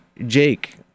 Jake